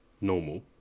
normal